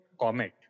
comet